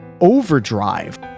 overdrive